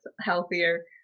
healthier